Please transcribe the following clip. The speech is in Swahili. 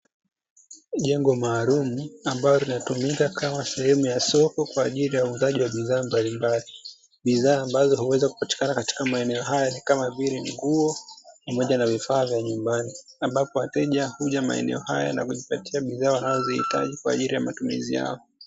Jengo maalumu ambalo linatumika kama sehemu ya soko kwa ajili ya uuzaji wa bidhaa mbalimbali, bidhaa ambazo huweza kupatikana katika maeneo haya ni kama vile nguo pamoja na vifaa vya nyumbani, ambapo wateja huja maeneo haya na kujipatia bidhaa wanazohitaji kwa ajili ya matumizi yao.